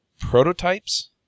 prototypes